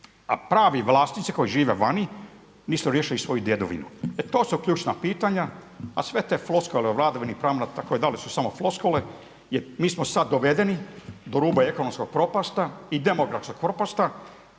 a pravi vlasnici koji žive vani nisu riješili svoju djedovinu. E to su ključna pitanja a sve te floskule o vladavini prava itd. su samo floskule jer mi smo sad dovedeni do ruba ekonomske propasti o demografske propasti